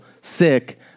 sick